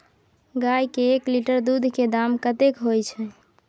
गाय के एक लीटर दूध के दाम कतेक होय छै?